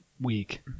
week